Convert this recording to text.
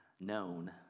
known